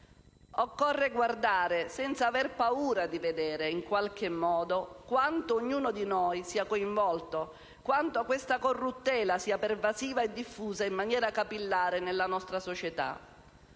Occorre guardare senza aver paura di vedere in qualche modo quanto ognuno di noi sia coinvolto, quanto questa corruttela sia pervasiva e diffusa in maniera capillare nella nostra società.